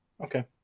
okay